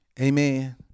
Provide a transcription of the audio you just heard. amen